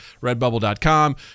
redbubble.com